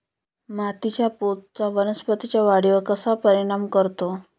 मातीच्या पोतचा वनस्पतींच्या वाढीवर कसा परिणाम करतो?